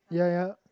ya ya